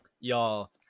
y'all